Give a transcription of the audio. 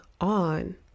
on